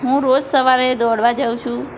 હું રોજ સવારે દોડવા જાઉં છું